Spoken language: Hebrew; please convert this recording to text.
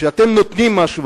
כשאתם נותנים משהו,